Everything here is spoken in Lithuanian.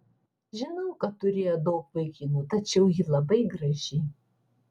žinau kad turėjo daug vaikinų tačiau ji labai graži